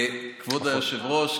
כבוד היושב-ראש,